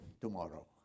tomorrow